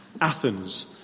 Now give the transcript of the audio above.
Athens